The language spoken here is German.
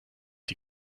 die